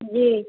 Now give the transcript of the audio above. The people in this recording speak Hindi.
जी